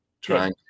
Trying